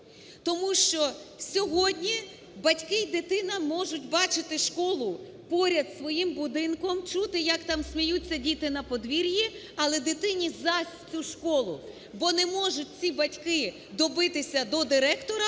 Тому що сьогодні батьки і дитина можуть бачити школу поряд зі своїм будинком, чути, як там сміються діти на подвір'ї, але дитині зась цю школу, бо не можуть ці батьки добитися до директора